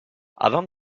avant